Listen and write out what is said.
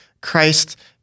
Christ